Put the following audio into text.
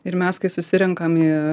ir mes kai susirenkam į